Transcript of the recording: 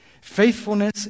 faithfulness